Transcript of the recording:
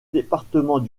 départements